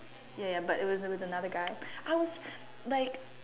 ya ya but it was with another guy I was like